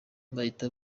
bahita